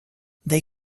they